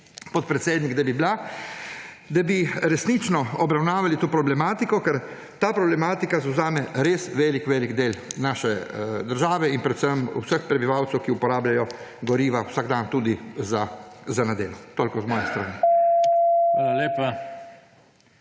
podpredsednik, da bi bila. Da bi resnično obravnavali to problematiko, ker ta problematika zavzame res velik velik del naše države in predvsem obseg prebivalcev, ki uporabljajo goriva vsak dan, tudi za na delo. Toliko z moje strani.